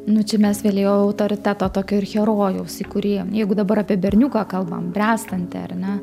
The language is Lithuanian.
nu čia mes vėl jau autoriteto tokio ir herojaus į kurį jeigu dabar apie berniuką kalbam bręstantį ar ne